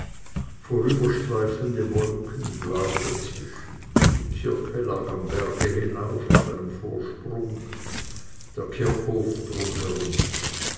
vorüberstreifende wolken blau dazwischen die kirche lag neben am berg hinauf auf einem vorsprung der kirchhof drumherum